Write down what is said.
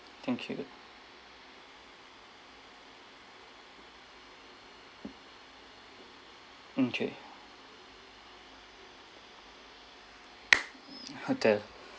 thank you okay hotel